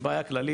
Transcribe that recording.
שהיא בעיה כללית,